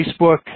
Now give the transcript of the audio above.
Facebook